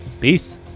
peace